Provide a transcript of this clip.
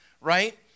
right